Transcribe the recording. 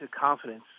confidence